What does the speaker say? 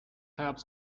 helps